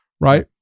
right